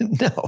No